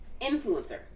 influencer